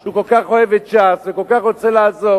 שהוא כל כך אוהב את ש"ס וכל כך רוצה לעזור,